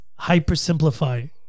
hypersimplify